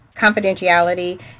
confidentiality